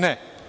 Ne.